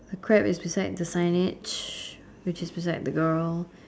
the crab is beside the signage which is beside the girl